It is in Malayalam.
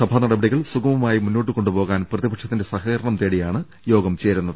സഭാ നടപടികൾ സുഗമമായി മുന്നോട്ട് കൊണ്ടുപോകാൻ പ്രതിപക്ഷത്തിന്റെ സഹകരണം തേടിയാണ് യോഗം ചേരുന്നത്